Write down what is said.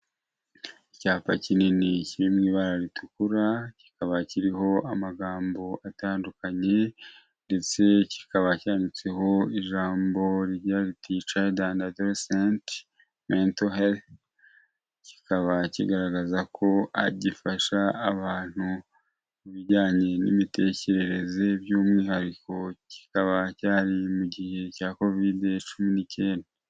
Icyapa kinini kiri mu ibara ritukura kikaba kiriho amagambo atandukanye . Ndetse kikaba cyanditseho ijambo rigira riti cayida andi adoreseti meto herifu. kikaba kigaragaza ko gifasha abantu ku bijyanye n'imitekerereze . By'umwihariko kikaba cyari mu gihe cya kovid cumi n'icyenda.